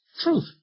truth